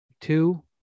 two